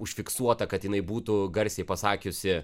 užfiksuota kad jinai būtų garsiai pasakiusi